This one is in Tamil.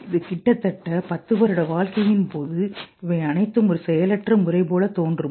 இது கிட்டத்தட்ட 10 வருட வாழ்க்கையின் போது இவை அனைத்தும் ஒரு செயலற்ற முறை போல மாறும்